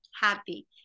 happy